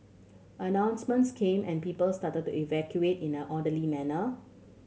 announcements came and people started to evacuate in an orderly manner